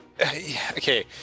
Okay